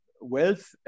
wealth